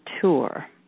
Tour